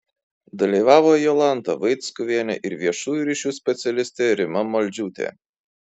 dalyvavo jolanta vaickuvienė ir viešųjų ryšių specialistė rima maldžiūtė